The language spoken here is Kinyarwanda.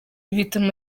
bituma